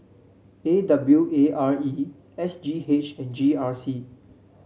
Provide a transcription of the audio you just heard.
A W A R E S G H and G R C